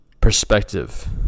perspective